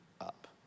up